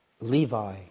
Levi